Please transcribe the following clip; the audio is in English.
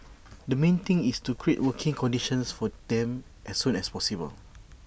the main thing is to create working conditions for them as soon as possible